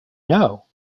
know